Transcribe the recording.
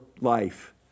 life